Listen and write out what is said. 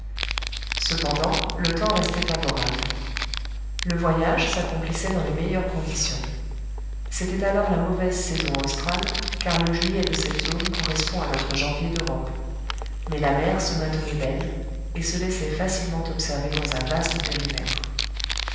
cependant le temps restait favorable le voyage s'accomplissait dans les meilleures conditions c'était alors la mauvaise saison australe car le juillet de cette zone correspond à notre janvier d'europe mais la mer se maintenait belle et se laissait facilement observer dans un vaste périmètre